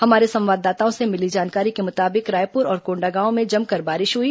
हमारे संवाददाताओं से मिली जानकारी के मुताबिक रायपुर और कोंडागांव में जमकर बारिश हुई